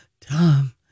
Tom